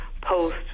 post